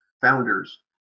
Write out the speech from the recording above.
founders